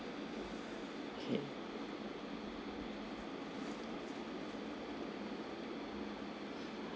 K